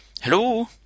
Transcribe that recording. Hello